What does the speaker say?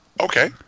Okay